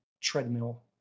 treadmill